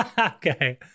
Okay